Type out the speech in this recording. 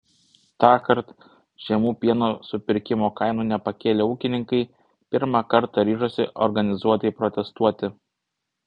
tąkart žemų pieno supirkimo kainų nepakėlę ūkininkai pirmą kartą ryžosi organizuotai protestuoti